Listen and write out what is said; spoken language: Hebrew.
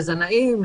לזנאים,